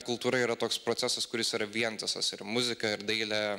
kultūra yra toks procesas kuris yra vientisas ir muzika ir dailė